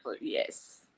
yes